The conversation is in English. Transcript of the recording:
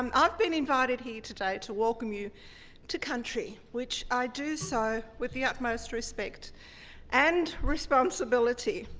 um i've been invited here today to welcome you to country, which i do so with the utmost respect and responsibility.